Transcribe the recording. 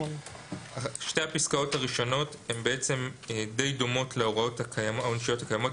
שתי הפסקאות הראשונות בעצם די דומות להוראות העונשיות הקיימות.